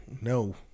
No